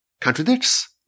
contradicts